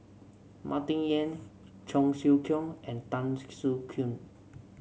Martin Yan Cheong Siew Keong and Tan Soo Khoon